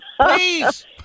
Please